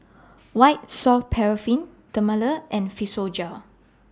White Soft Paraffin Dermale and Physiogel